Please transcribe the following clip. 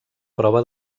prova